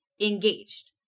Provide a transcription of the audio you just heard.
engaged